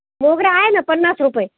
मोगरा आहे ना पन्नास रुपये